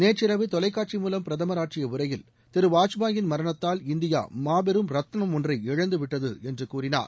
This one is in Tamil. நேற்றிரவு தொலைக்காட்சி மூலம் பிரதமர் ஆற்றிய உரையில் திரு வாஜ்பாயின் மரணத்தால் இந்தியா மாபெரும் ரத்னம் ஒன்றை இழந்துவிட்டது என்று கூறினார்